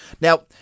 Now